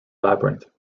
labyrinth